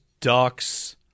ducks